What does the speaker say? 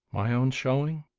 my own showing?